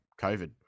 COVID